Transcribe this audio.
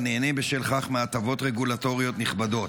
ובשל כך נהנה מהטבות רגולטוריות נכבדות: